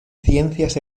ciencias